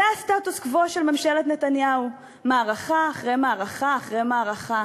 זה הסטטוס-קוו של ממשלת נתניהו: מערכה אחרי מערכה אחרי מערכה,